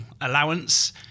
allowance